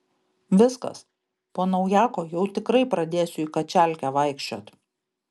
viskas po naujako jau tikrai pradėsiu į kačialkę vaikščiot